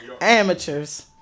Amateurs